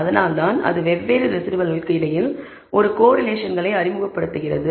அதனால்தான் அது வெவ்வேறு ரெஸிடுவல்களுக்கு இடையில் ஒரு கோரிலேஷன்களை அறிமுகப்படுத்துகிறது